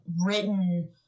written